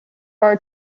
are